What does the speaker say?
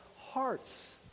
hearts